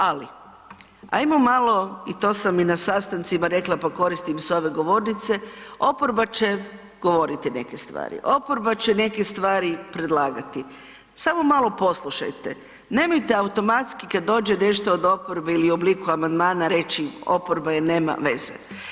Ali, ajmo malo i to sam i na sastancima rekla, pa koristim i s ove govornice, oporba će govoriti neke stvari, oporba će neke stvari predlagati, samo malo poslušajte, nemojte automatski kad dođe nešto od oporbe ili u obliku amandmana reći oporba je, nema veze.